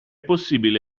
possibile